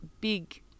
big